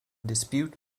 dispute